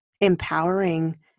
empowering